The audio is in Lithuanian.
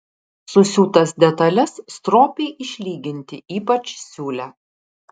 susiūtas detales stropiai išlyginti ypač siūlę